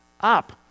up